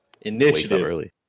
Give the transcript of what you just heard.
initiative